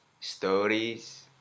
stories